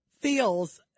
feels